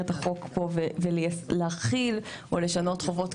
החוק פה ולהחיל או לשנות חובות קיימות.